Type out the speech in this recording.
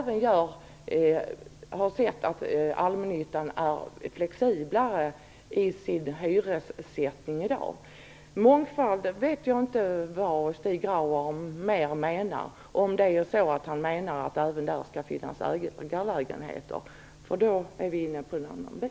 Det har också visat sig att allmännyttan i dag är mer flexibel i sin hyressättning. Jag vet inte vad mer Stig Grauers menar med mångfald, om han menar att det också inom allmännyttan skall finnas egenbyggda lägenheter. I så fall är vi inne på något annat.